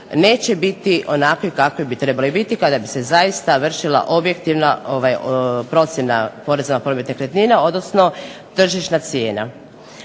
neće biti onakve kakve bi trebale biti kada bi se zaista vršila objektivna procjena poreza na promet nekretnina, odnosno tržišna cijena.